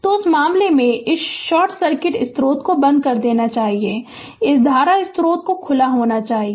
तो उस मामले में इस शॉट सर्किट के स्त्रोत को बंद कर देना चाहिए और इस धारा स्त्रोत को खुला होना चाहिए